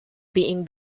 being